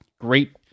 great